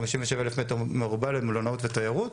57 אלף מ"ר למלונאות ותיירות,